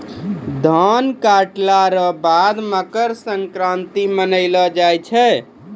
धान काटला रो बाद मकरसंक्रान्ती मानैलो जाय छै